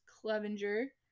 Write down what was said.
Clevenger